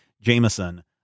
Jameson